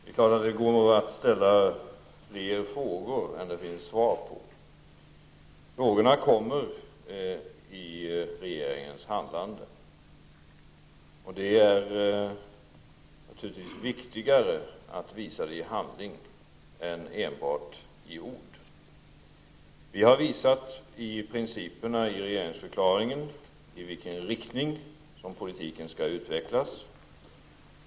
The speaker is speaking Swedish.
Herr talman! Det är klart att det går att ställa fler frågor än det finns svar på. Frågorna kommer att besvaras genom regeringens handlande. Det är naturligtvis viktigare att ge svaren genom handling än enbart i ord. I regeringsförklaringen anges principerna för i vilken riktning politiken skall utvecklas.